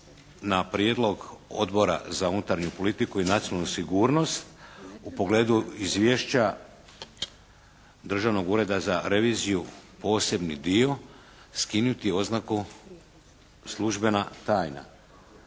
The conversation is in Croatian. na prijedlog Odbor za unutarnju politiku i nacionalnu sigurnost u pogledu Izvješća Državnog ureda za reviziju, posebni dio, skinuti oznaku: "službena tajna".